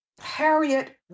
Harriet